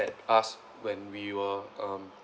at us when we were um